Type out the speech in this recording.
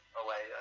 away